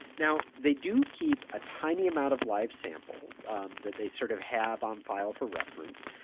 now, they do keep a tiny amount of live sample um that they sort of have on file for reference.